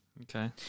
Okay